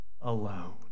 alone